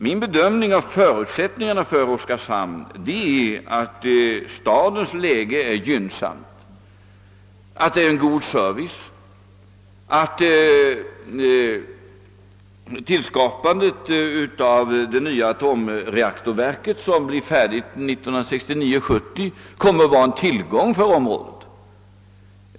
Min bedömning av Oskarshamns förutsättningar är att stadens läge är gynnsamt, att där finns en god service och att tillskapandet av det nya atomreaktorverket, som blir färdigt år 1969 eller 1970, kommer att vara en tillgång för området.